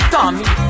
Tommy